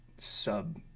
Sub